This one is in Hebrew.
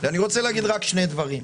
אני רוצה להגיד רק שני דברים.